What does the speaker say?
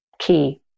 key